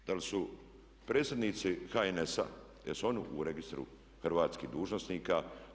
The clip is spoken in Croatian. Da li su predsjednici HNS-a jesu oni u registru hrvatskih dužnosnika?